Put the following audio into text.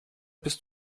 bist